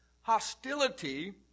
hostility